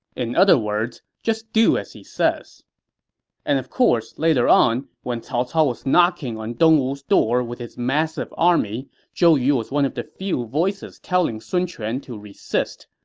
in other words, do as he says and of course, later on, when cao cao was knocking on dongwu's door with his massive army, zhou yu was one of the few voices telling sun quan to resist.